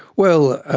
well,